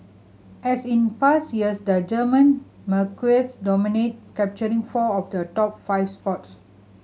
as in past years the German marques dominate capturing four of the top five spots